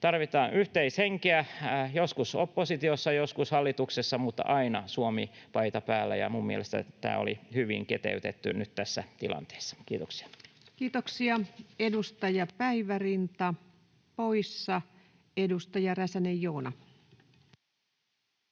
tarvitaan yhteishenkeä — joskus oppositiossa, joskus hallituksessa, mutta aina Suomi-paita päällä — ja minun mielestäni tämä oli hyvin kiteytetty tässä tilanteessa. — Kiitoksia. Kiitoksia. — Edustaja Päivärinta, poissa. — Edustaja Räsänen, Joona.